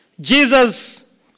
Jesus